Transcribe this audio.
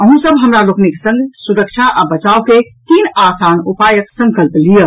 अहूँ सब हमरा लोकनिक संग सुरक्षा आ बचावक तीन आसान उपायक संकल्प लियऽ